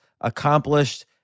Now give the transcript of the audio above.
accomplished